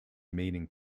meaning